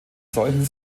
solchen